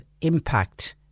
impact